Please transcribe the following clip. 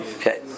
okay